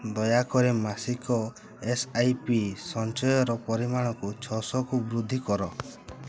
ଦୟାକରି ମାସିକ S I P ସଞ୍ଚୟର ପରିମାଣକୁ ଛଅଶହକୁ ବୃଦ୍ଧି କର